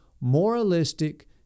moralistic